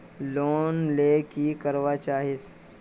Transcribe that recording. Loan ले की करवा चाहीस?